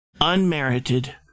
unmerited